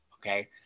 okay